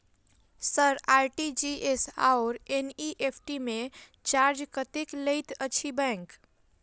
RTGS आओर NEFT मे charge कतेक लैत अछि बैंक?